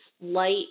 light